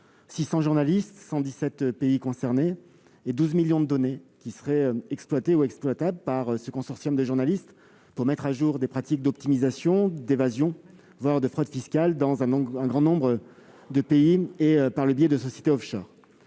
600 journalistes, 117 pays concernés et 12 millions de données qui seraient exploités ou exploitables par ce consortium de journalistes pour mettre au jour des pratiques d'optimisation, d'évasion, voire de fraude fiscale dans un grand nombre de pays, par le biais de sociétés offshore.